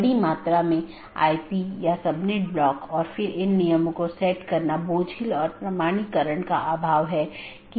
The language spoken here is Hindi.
यदि हम अलग अलग कार्यात्मकताओं को देखें तो BGP कनेक्शन की शुरुआत और पुष्टि करना एक कार्यात्मकता है